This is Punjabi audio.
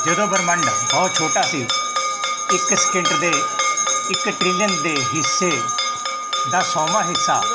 ਜਦੋਂ ਬ੍ਰਹਿਮੰਡ ਬਹੁਤ ਛੋਟਾ ਸੀ ਇੱਕ ਸਕਿੰਟ ਦੇ ਇੱਕ ਟ੍ਰੀਲੀਅਨ ਦੇ ਹਿੱਸੇ ਦਾ ਸੌਵਾਂ ਹਿੱਸਾ